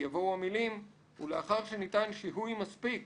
יבואו המילים "ולאחר שניתן שיהוי מספיק